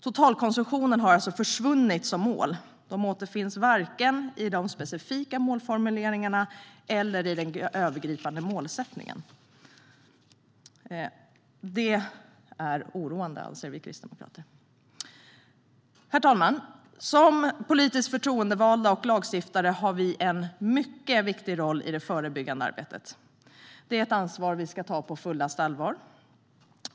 Totalkonsumtionen har försvunnit som mål; det återfinns varken i de specifika målformuleringarna eller i den övergripande målsättningen. Det är oroande, anser vi kristdemokrater. Herr talman! Som politiskt förtroendevalda och lagstiftare har vi en mycket viktig roll i det förebyggande arbetet. Det är ett ansvar vi ska ta på fullaste alvar.